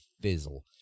fizzle